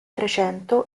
trecento